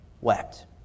wept